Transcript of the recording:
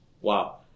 Wow